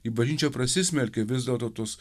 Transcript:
į bažnyčią prasismelkia vis dėlto tos